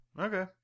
Okay